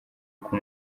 uko